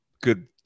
good